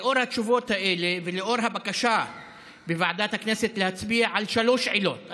לאור התשובות האלה ולאור הבקשה בוועדת הכנסת להצביע על שלוש עילות,